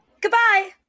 Goodbye